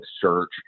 search